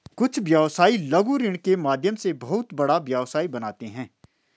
कुछ व्यवसायी लघु ऋण के माध्यम से बहुत बड़ा व्यवसाय बनाते हैं